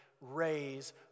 raise